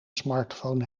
smartphone